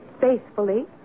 faithfully